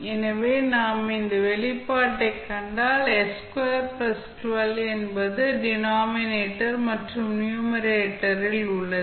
எனவே நாம் இந்த வெளிப்பாட்டைக் கண்டால் என்பது டினாமினேட்டர் மற்றும் நியூமரேட்டர் ல் உள்ளது